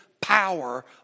power